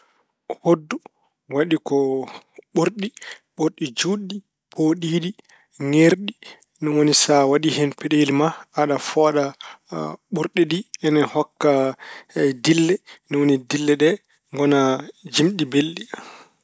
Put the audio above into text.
Hoɗdu waɗi ko ɓorɗi, ɓorɗi juutɗi, pooɗiiɗi, ŋeerɗi. Ɗum woni so a waɗi hen peɗeeli ma, aɗa fooɗa ɓorɗi ɗi ene hokka dille. Ni woni dille ɗe ngona jimɗi belɗi.